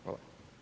Hvala.